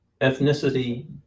ethnicity